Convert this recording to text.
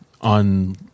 on